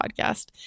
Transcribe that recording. podcast